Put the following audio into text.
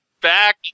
back